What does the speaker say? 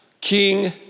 King